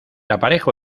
aparejo